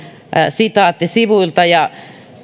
sitaatti sivuilta